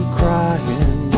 crying